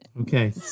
Okay